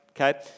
okay